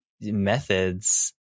methods